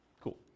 Cool